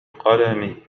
قلمي